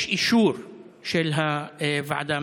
יש אישור של הוועדה,